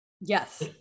Yes